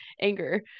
anger